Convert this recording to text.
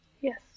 Yes